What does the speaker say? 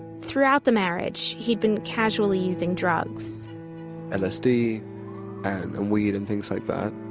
throughout the marriage, he'd been casually using drugs lsd and weed and things like that.